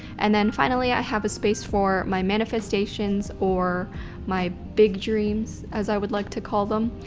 and then finally i have a space for my manifestations or my big dreams as i would like to call them.